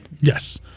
Yes